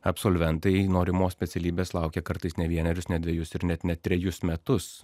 absolventai norimos specialybės laukia kartais ne vienerius ne dvejus ir net ne trejus metus